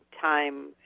time